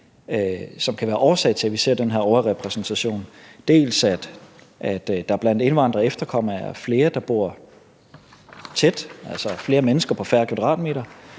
som kan være årsag til, at vi ser den her overrepræsentation, f.eks. at der blandt indvandrere og efterkommere er flere, der bor tæt, altså at man bor flere mennesker på færre kvadratmeter,